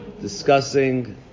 discussing